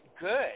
good